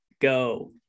go